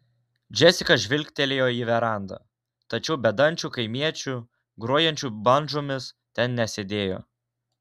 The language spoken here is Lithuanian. džesika žvilgtelėjo į verandą tačiau bedančių kaimiečių grojančių bandžomis ten nesėdėjo